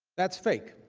that is fake,